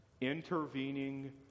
intervening